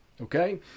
Okay